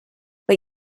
but